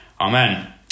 Amen